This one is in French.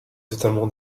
totalement